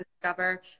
discover